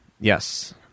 Yes